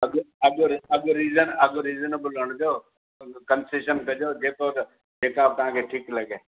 अघु अघु अघु रीजन रीजनेबल हणिजो कंसेशन कजो जेको त जेका बि तव्हांखे ठीकु लॻे